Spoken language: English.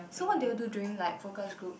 so what do you do during like focus group